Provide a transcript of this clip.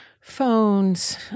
phones